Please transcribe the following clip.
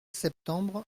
septembre